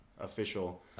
official